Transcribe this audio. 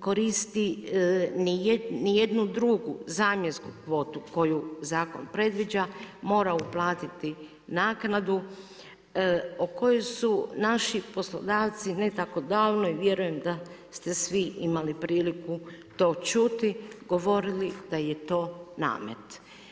koristi ni jednu drugu zamjensku kvotu koju zakon predviđa mora uplatiti naknadu o kojoj su naši poslodavci ne tako davno i vjerujem da ste svi imali priliku to čuti govorili da je to namet.